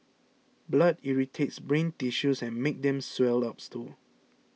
blood irritates brain tissues and makes them swell up too